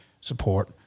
support